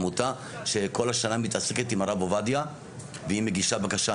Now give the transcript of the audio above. עמותה שכל השנה מתעסקת עם הרב עובדיה והיא מגישה בקשה,